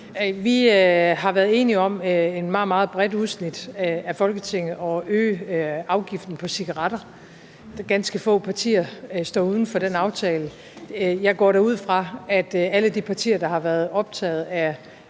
Vi, et meget, meget bredt udsnit af Folketinget, har været enige om afgiften på cigaretter. Det er ganske få partier, der står uden for den aftale. Jeg går da ud fra, at alle de partier, der har været optaget af